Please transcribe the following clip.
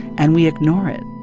and we ignore it